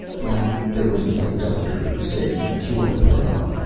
why. there was a young doctor who said he'd cured a para!